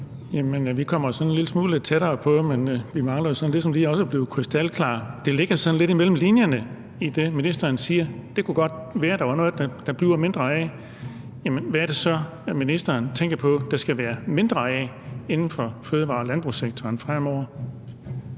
en lille smule nærmere, men vi mangler ligesom, at det også står helt krystalklart. Det ligger sådan lidt imellem linjerne i det, ministeren siger, at det godt kunne være, at der var noget, der blev mindre af. Men hvad er det så, ministeren tænker på der skal være mindre af inden for fødevare- og landbrugssektoren fremover?